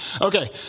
Okay